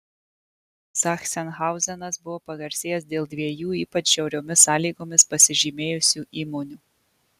zachsenhauzenas buvo pagarsėjęs dėl dviejų ypač žiauriomis sąlygomis pasižymėjusių įmonių